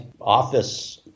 office